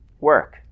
work